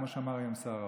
כמו שאמר היום שר האוצר.